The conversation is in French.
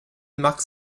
marque